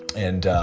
and